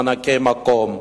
מענקי מקום,